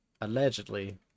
allegedly